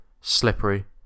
slippery